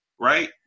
right